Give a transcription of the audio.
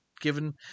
given